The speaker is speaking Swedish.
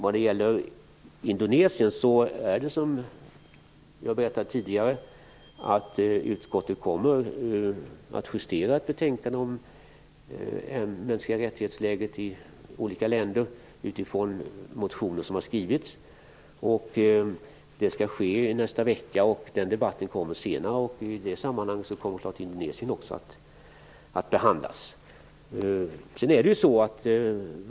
När det gäller Indonesien kommer utskottet att utifrån motioner som har skrivits justera ett betänkande om läget för de mänskliga rättigheterna i olika länder, som jag har berättat tidigare. Det skall ske i nästa vecka. Den debatten kommer senare, och i det sammanhanget kommer självfallet också Indonesien att behandlas.